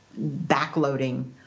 backloading